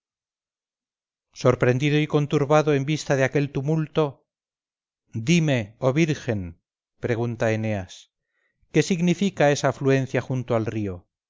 sorprendido y conturbado en vista de aquel tumulto dime oh virgen pregunta eneas qué significa esa afluencia junto al río